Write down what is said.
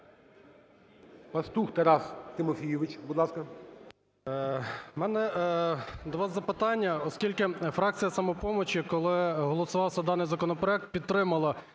Пастух Тарас Тимофійович, будь ласка.